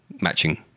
matching